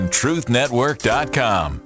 truthnetwork.com